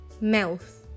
Mouth